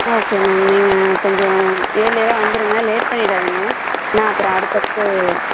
okay ma'am நீங்கள் கொஞ்சம் இயர்லியராக வந்துடுங்க லேட் பண்ணிடாதீங்க ஏன்னால் அப்புறம் அடுத்தடுத்து